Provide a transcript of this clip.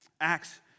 Acts